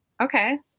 okay